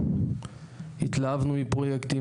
התלהבנו מפרויקטים.